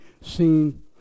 seen